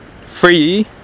free